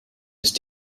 ist